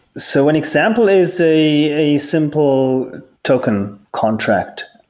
so an example is a a simple token contract,